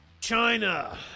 China